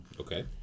Okay